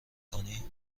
کنی